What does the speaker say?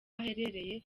aherereye